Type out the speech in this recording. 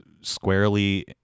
squarely